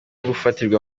gufatirwa